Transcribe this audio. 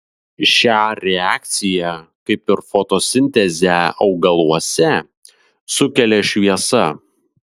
šią reakciją kaip ir fotosintezę augaluose sukelia šviesa